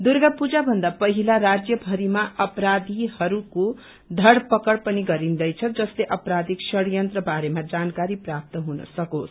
दुर्गा पूजा भन्दा पहिला राज्य भरिमा अपराधिहरूको धर पकड़ पनि गरिन्दैछ जसले आपराधिक षड़यन्त्र बारेमा जानकारी प्राप्त हुन सकोस